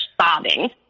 sobbing